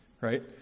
Right